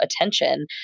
attention